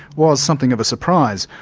was something of a surprise.